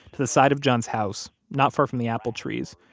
to the side of john's house, not far from the apple trees,